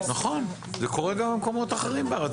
זה קורה גם במקומות אחרים בארץ,